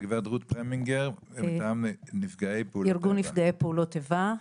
הגברת רות פרמינגר מטעם ארגון נפגעי פעולות האיבה.